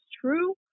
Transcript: true